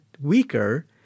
weaker